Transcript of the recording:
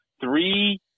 three